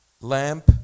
lamp